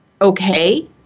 okay